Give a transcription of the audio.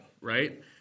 right